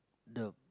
the